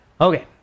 Okay